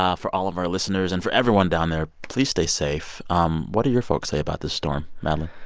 um for all of our listeners and for everyone down there, please stay safe. um what do your folks say about the storm, madeline?